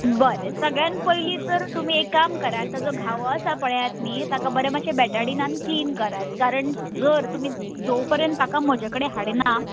बरें सगळ्यान पयली तर तुमी एक काम करा ताजो घावो आसा पळयात न्ही ताका बरें मातशें बॅटाडिनान क्लीन करात कारण जर तुमी जो पर्यंत ताका म्हजे कडेन हाडिना